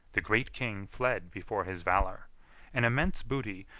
the great king fled before his valor an immense booty,